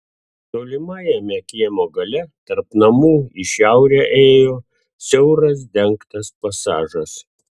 tolimajame kiemo gale tarp namų į šiaurę ėjo siauras dengtas pasažas